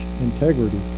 integrity